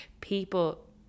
people